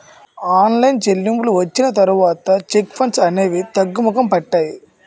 online చెల్లింపులు వచ్చిన తర్వాత చెక్ ఫ్రాడ్స్ అనేవి తగ్గుముఖం పట్టాయి